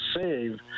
save